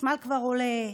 החשמל כבר עולה,